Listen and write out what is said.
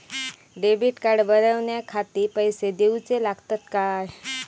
Debit card बनवण्याखाती पैसे दिऊचे लागतात काय?